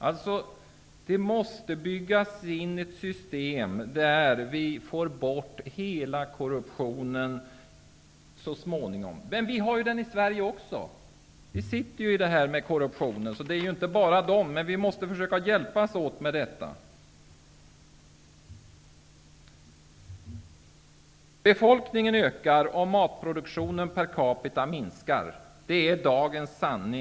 Det måste alltså byggas upp ett system där all korruption så småningom är borta. Det finns korruption i Sverige också, och vi måste försöka hjälpas åt med detta. Befolkningen ökar, och matproduktionen per capita minskar. Det är dagens sanning.